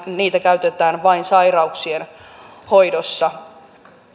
niitä käytetään vain sairauksien hoidossa